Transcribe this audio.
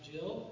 Jill